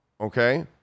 okay